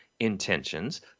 Intentions